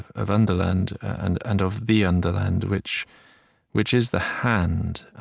of underland and and of the underland, which which is the hand,